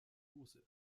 buße